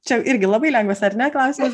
čia irgi labai lengvas ar ne klausimas